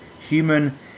human